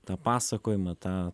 tą pasakojimą tą